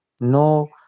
no